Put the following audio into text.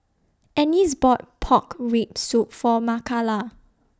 Ennis bought Pork Rib Soup For Makala